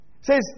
Says